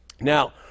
Now